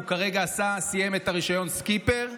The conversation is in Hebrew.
הוא כרגע סיים את הרישיון לסקיפר.